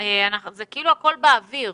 זה כאילו הכול באוויר.